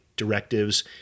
directives